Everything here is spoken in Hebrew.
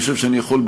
אני יכול,